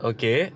Okay